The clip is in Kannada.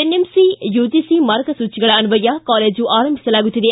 ಎನ್ಎಂಸಿ ಯುಜಿಸಿ ಮಾರ್ಗಸೂಚಿಗಳ ಅನ್ವಯ ಕಾಲೇಜು ಆರಂಭಿಸಲಾಗುತ್ತಿದೆ